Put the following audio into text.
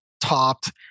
topped